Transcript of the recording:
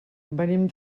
venim